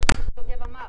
יוגב גרדוס, אין לך הערות.